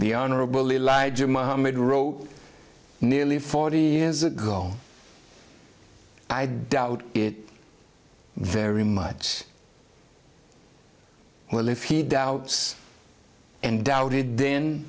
the honorable elijah muhammad wrote nearly forty years ago i doubt it very much well if he doubts and doubted then